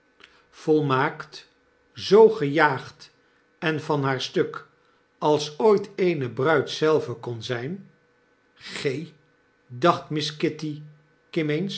volmaakt zoo gejaagd en van haar stuk als ooit eene bruid zelve kon zyn g dacht miss kitty